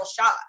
shot